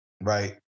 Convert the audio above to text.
right